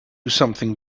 something